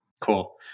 Cool